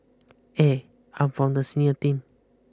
eh I'm from the senior team